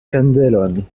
kandelon